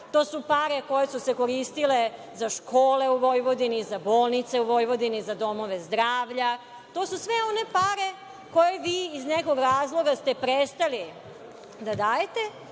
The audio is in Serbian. To su pare koje su se koristile za škole u Vojvodini, za bolnice u Vojvodini, za domove zdravlja. To su sve one pare koje ste vi iz nekog razloga prestali da dajete,